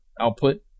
output